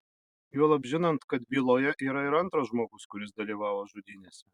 juolab žinant kad byloje yra ir antras žmogus kuris dalyvavo žudynėse